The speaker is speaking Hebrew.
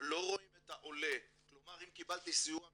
לא רואים את העולה, כלומר אם קיבלתי סיוע מינהל,